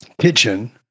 kitchen